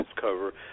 cover